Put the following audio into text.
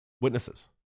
witnesses